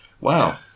Wow